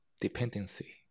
dependency